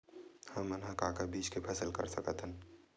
हमन ह का का बीज के फसल कर सकत हन?